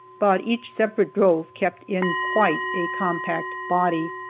but each separate drove kept in quite a compact body.